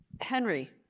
Henry